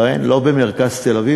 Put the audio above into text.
לא במרכז תל-אביב,